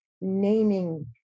naming